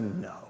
no